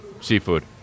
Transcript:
seafood